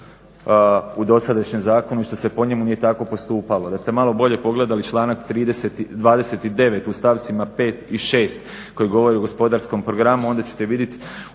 u dosadašnjem zakonu i što se po njemu nije tako postupalo. Da ste malo bolje pogledali članak 29. u stavcima 5. i 6. koji govori o gospodarskom programu onda ćete vidjeti